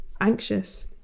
anxious